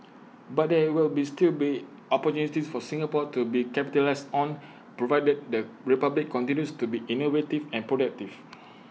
but there will be still be opportunities for Singapore to be capitalise on provided the republic continues to be innovative and productive